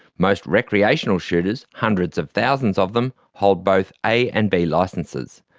most recreational shooters, hundreds of thousands of them, hold both a and b licences.